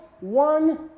one